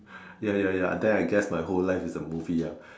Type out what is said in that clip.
ya ya ya then I guess my whole life is a movie ah